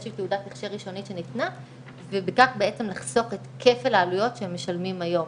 שהיא תעודת הכשר ראשונית שניתנה ובכך לחסוך את כפל העלויות שמשלמים היום.